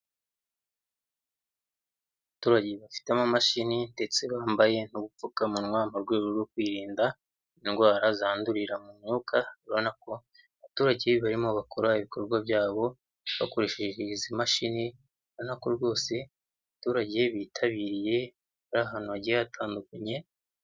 Abaturage bafite amamashini ndetse bambaye no gupfukamunwa mu rwego rwo kwirinda indwara zandurira mu myuka, urabona ko abaturage barimo bakora ibikorwa byabo bakoresheje izi mashini, urabona ko rwose abaturage bitabiriye ari ahantu hagiye hatandukanye.